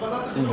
לוועדת החינוך.